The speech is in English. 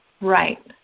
right